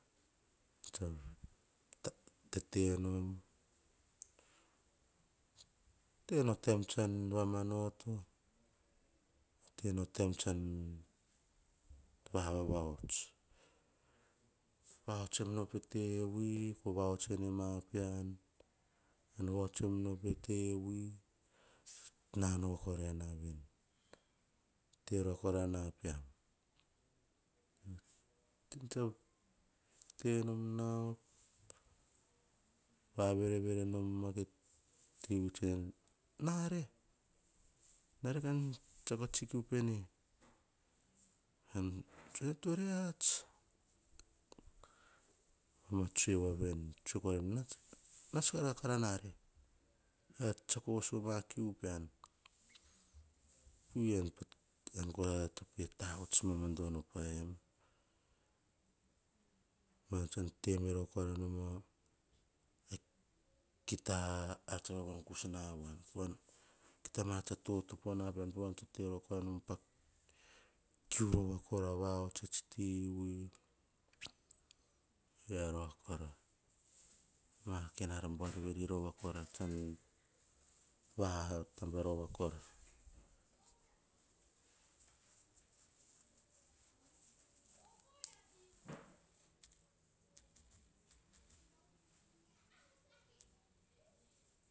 Tsan tete nom. Tena o taim tsan vamanoto. tena o taiam tsan vavahots. Vahots pe ti vui. Ko vahots ma pean. Kan vahots em pe ti vui. tsan tete nom, tena o taim tsan vamanoto, tena o taim tsan vavahots. Vahots pe ti vui, ko vahots ene ma pean, kan vahots em pe ti vui, nano korai na veni. Tero kora na pean. tsa tenom nao, va verevere nom nao ti vui tsoe, 'nare, nare kan tsiako tsi kiu pene.' an tsoe, 'to reats'. Ma tsoe voa veni, tsuba em nats, nasua na kare nare. Ka tsiako voso ma a kiu pean. Kiu ean, ean pa to tavuts mama dono paim. Patsan teme rova kora nom a kita ta ar tsa vavagus na voan. Kita ma ar tsa totopo na voano, to ean to terov nom pa kiu rova kora vahots a tsi ti vui, oyia rova kora. Ma kain ar buar veri rova kora tsan, voa, tava rova kora.